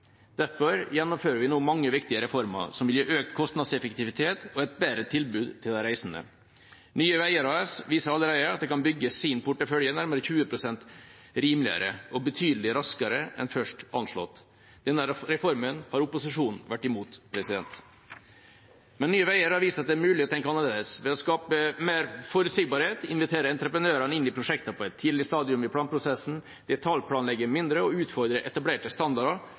Derfor gjennomfører vi nå mange viktige reformer som vil gi økt kostnadseffektivitet og et bedre tilbud til de reisende. Nye Veier AS viser allerede at de kan bygge sin portefølje nærmere 20 pst. rimeligere og betydelig raskere enn først anslått. Denne reformen har opposisjonen vært imot. Nye Veier har vist at det er mulig å tenke annerledes. Ved å skape mer forutsigbarhet, invitere entreprenørene inn i prosjektene på et tidlig stadium i planprosessen, detaljplanlegge mindre og utfordre etablerte standarder